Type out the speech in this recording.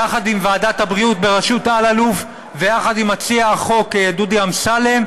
יחד עם ועדת הבריאות בראשות אלאלוף ויחד עם מציע החוק דודי אמסלם,